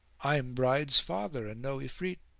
i'm bride's father and no ifrit.